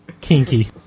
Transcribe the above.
Kinky